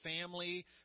family